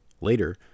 later